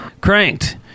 Cranked